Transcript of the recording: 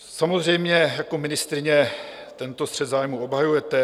Samozřejmě, jako ministryně tento střet zájmů obhajujete.